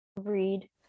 read